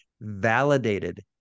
validated